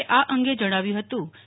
એ આ અંગે જણાવ્યું હતું કે